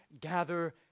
gather